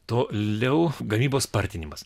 toliau gamybos spartinimas